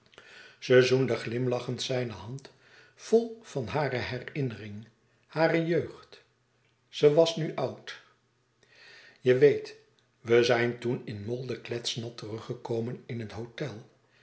ze zoende glimlachend zijne hand vol van hare herinnering hare jeugd ze was nu oud je weet we zijn toen in molde kletsnat teruggekomen in het hôtel